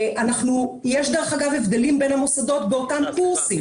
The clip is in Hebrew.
יש, דרך אגב, הבדלים בין המוסדות באותם קורסים.